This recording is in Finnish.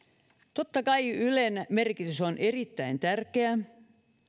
totta kai ylen merkitys on erittäin tärkeä